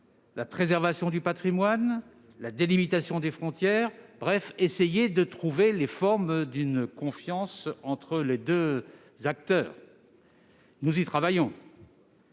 la préservation du patrimoine et la délimitation des frontières. Il faut essayer de trouver le chemin d'une confiance entre les deux acteurs. Nous y travaillons.